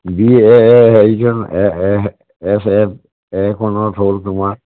B হেৰিখন এছ এফ এখনত হ'ল তোমাৰ